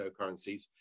cryptocurrencies